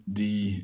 die